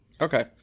okay